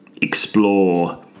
explore